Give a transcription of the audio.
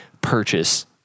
purchase